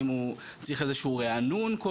האם הוא צריך איזשהו ריענון.